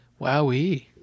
Wowee